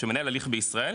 שמנהל הליך בישראל,